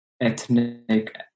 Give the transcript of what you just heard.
ethnic